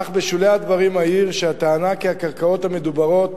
אך בשולי הדברים אעיר שהטענה כי הקרקעות המדוברות